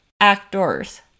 actors